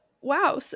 Wow